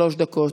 שלוש דקות.